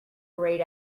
grayed